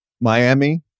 Miami